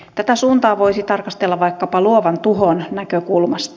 tätä suuntaa voisi tarkastella vaikkapa luovan tuhon näkökulmasta